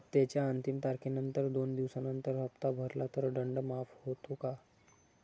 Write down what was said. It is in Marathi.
हप्त्याच्या अंतिम तारखेनंतर दोन दिवसानंतर हप्ता भरला तर दंड माफ होतो का?